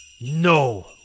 No